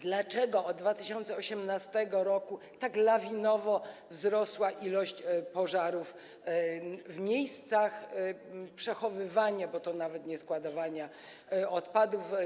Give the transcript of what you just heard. Dlaczego od 2018 r. tak lawinowo wzrosła ilość pożarów w miejscach przechowywania, bo to nawet nie jest składowanie, odpadów?